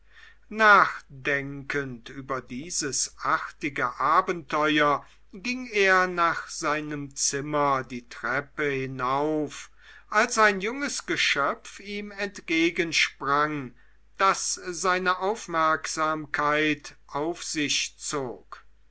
nachdenkend über dieses artige abenteuer ging er nach seinem zimmer die treppe hinauf als ein junges geschöpf ihm entgegensprang das seine aufmerksamkeit auf sich zog